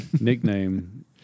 Nickname